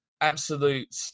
absolute